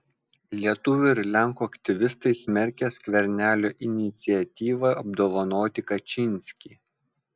lietuvių ir lenkų aktyvistai smerkia skvernelio iniciatyvą apdovanoti kačynskį